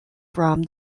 from